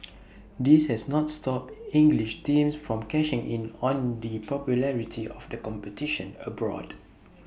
this has not stopped English teams from cashing in on the popularity of the competition abroad